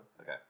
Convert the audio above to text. Okay